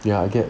ya I get